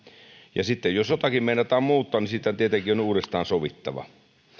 ja sitten jos jotakin meinataan muuttaa niin siitä tietenkin on uudestaan sovittava